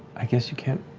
i guess you can't